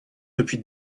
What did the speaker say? depuis